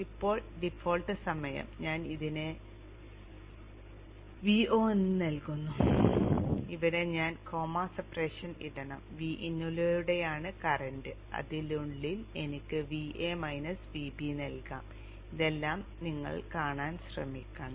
ഇപ്പോൾ ഡിഫോൾട്ട് സമയം ഞാൻ ഇതിന് Vo എന്ന് നൽകുന്നു ഇവിടെ ഞാൻ കോമ സെപറേഷൻ ഇടണം Vin ലൂടെയാണ് കറന്റ് അതിനുള്ളിൽ എനിക്ക് Va minus Vb നൽകാം ഇതെല്ലാം നിങ്ങൾ കാണാൻ ശ്രമിക്കണം